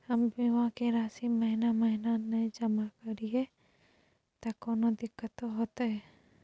हम बीमा के राशि महीना महीना नय जमा करिए त कोनो दिक्कतों होतय?